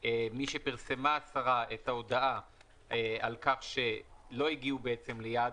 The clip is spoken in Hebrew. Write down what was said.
משפרסמה השרה את ההודעה על כך שלא הגיעו ליעד